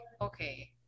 Okay